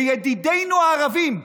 ידידינו הערבים,